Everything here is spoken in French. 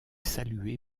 saluée